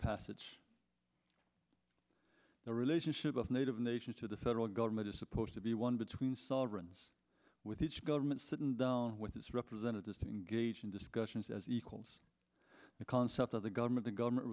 passage the relationship of native nations to the federal government is supposed to be one between sovereigns with each government sitting down with its representatives to engage in discussions as equals the concept of the government to government